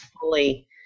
fully